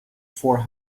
four